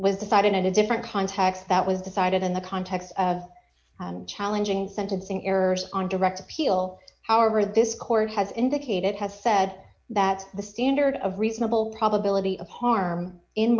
was decided in a different context that was decided in the context of challenging sentencing errors on direct appeal however this court has indicated has said that the standard of reasonable probability of harm in